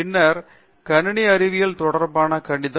பேராசிரியர் அரிந்தமா சிங் பின்னர் கணினி அறிவியல் தொடர்பான கணிதம்